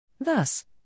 Thus